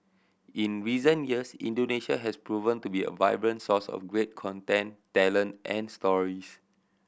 in recent years Indonesia has proven to be a vibrant source of great content talent and stories